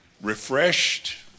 refreshed